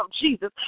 Jesus